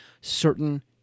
certain